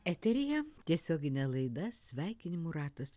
eteryje tiesioginė laida sveikinimų ratas